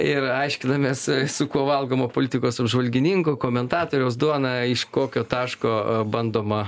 ir aiškinamės su kuo valgoma politikos apžvalgininko komentatoriaus duona iš kokio taško bandoma